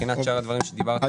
מבחינת שאר הדברים שדיברת עליהם,